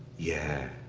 yeah.